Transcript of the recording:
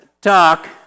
talk